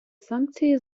санкції